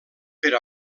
per